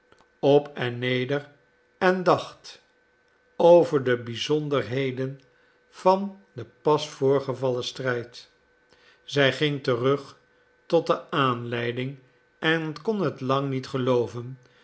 op en neder en dacht over de bizonderheden van den pas voorgevallen strijd zij ging terug tot de aanleiding en kon het lang niet gelooven